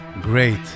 great